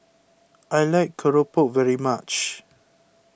I like Keropok very much